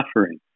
suffering